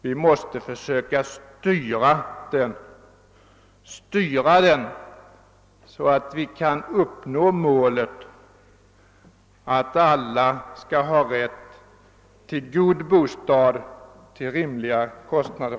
Vi måste försöka styra den, så att vi kan uppnå målet att alla skall ha tillgång till en god bostad till rimliga kostnader.